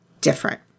different